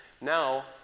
Now